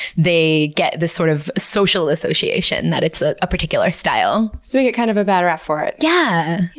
they get this sort of social association that it's ah a particular style so we get kind of a bad rap for it yeah,